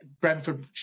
Brentford